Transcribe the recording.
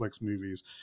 movies